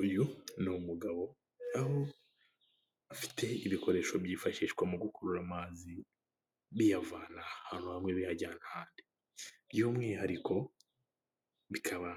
Uyu ni umugabo aho afite ibikoresho byifashishwa mu gukurura amazi biyavana ahatu hamwe biyajyana ahandi, by'umwihariko bikaba